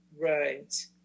Right